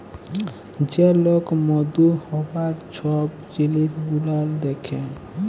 যে লক মধু হ্যবার ছব জিলিস গুলাল দ্যাখে